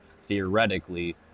theoretically